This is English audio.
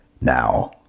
Now